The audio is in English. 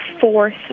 fourth